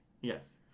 Yes